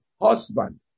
husband